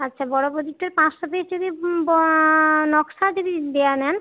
আচ্ছা বড় প্রদীপটার পাঁচশো পিস যদি নকশা যদি দেওয়া নেন